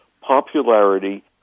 popularity